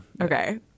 okay